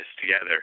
together